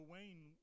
Wayne